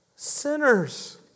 Sinners